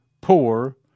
poor